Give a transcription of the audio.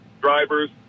drivers